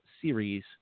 Series